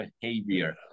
behavior